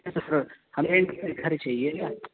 سر ہمیں ایک گھر چاہیے